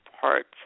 parts